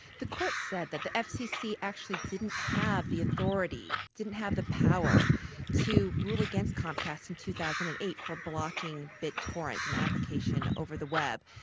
the courts said that the fcc actually didn't have the authority, didn't have the power to rule against comcast in two thousand and eight for blocking bittorrent, an application over the web.